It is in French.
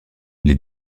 les